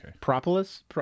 Propolis